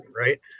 right